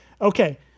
Okay